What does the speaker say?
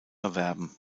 erwerben